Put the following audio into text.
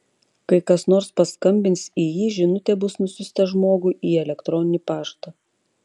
kai kas nors paskambins į jį žinutė bus nusiųsta žmogui į elektroninį paštą